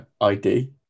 ID